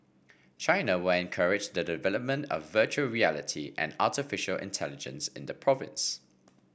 China will encourage the development of virtual reality and artificial intelligence in the province